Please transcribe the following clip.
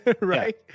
right